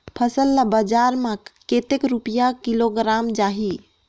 फसल ला बजार मां कतेक रुपिया किलोग्राम जाही?